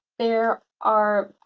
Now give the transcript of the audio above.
there are